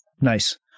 Nice